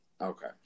Okay